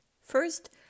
First